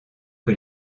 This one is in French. que